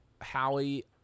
Howie